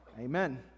amen